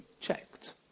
checked